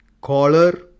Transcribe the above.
collar